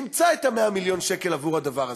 תמצא 100 מיליון שקל עבור הדבר הזה,